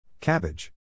Cabbage